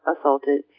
assaulted